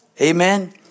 Amen